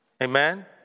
Amen